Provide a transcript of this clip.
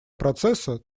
процесса